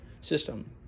system